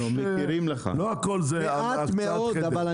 לא הכול זה הקצאת חדר.